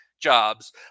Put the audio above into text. jobs